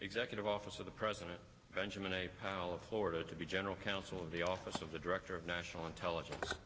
executive office of the president benjamin a pile of florida to be general counsel of the office of the director of national intelligence